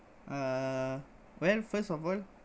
uh well first of all